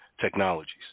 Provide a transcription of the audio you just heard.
technologies